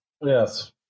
Yes